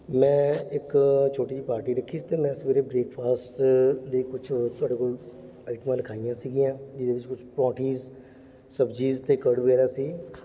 ਮੈਂ ਇੱਕ ਛੋਟੀ ਜਿਹੀ ਪਾਰਟੀ ਰੱਖੀ ਸੀ ਅਤੇ ਮੈਂ ਸਵੇਰੇ ਬ੍ਰੇਕਫਾਸਟ ਲਈ ਕੁਛ ਤੁਹਾਡੇ ਕੋਲ ਆਈਟਮਾਂ ਲਿਖਾਈਆਂ ਸੀਗੀਆਂ ਜਿਹਦੇ ਵਿੱਚ ਕੁਛ ਪ੍ਰੋਂਠੀਜ਼ ਸਬਜੀਜ਼ ਅਤੇ ਕਰਡ ਵਗੈਰਾ ਸੀ